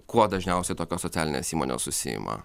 kuo dažniausiai tokios socialinės įmonės užsiima